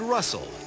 Russell